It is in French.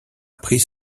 pris